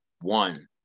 one